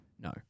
No